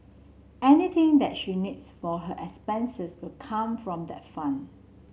anything that she needs for her expenses will come from that fund